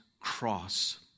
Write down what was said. cross